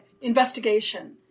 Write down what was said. investigation